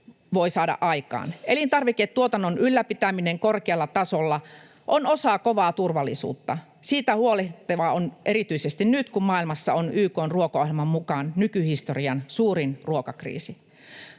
voi saada aikaan. Elintarviketuotannon ylläpitäminen korkealla tasolla on osa kovaa turvallisuutta. Siitä on huolehdittava erityisesti nyt, kun maailmassa on YK:n ruokaohjelman mukaan nykyhistorian suurin ruokakriisi.